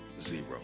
zero